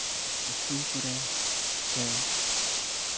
ᱟᱹᱠᱷᱨᱤᱧ ᱠᱚᱨᱮ ᱥᱮ